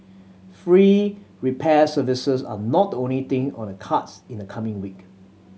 free repair services are not the only thing on the cards in the coming week